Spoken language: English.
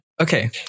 okay